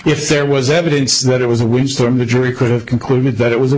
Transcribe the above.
if there was evidence that it was a windstorm the jury could have concluded that it was a